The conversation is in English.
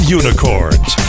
unicorns